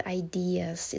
ideas